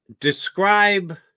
Describe